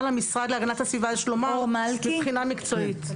יש למשרד להגנת הסביבה לומר מבחינה מקצועית.